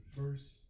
first